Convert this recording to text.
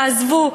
תעזבו,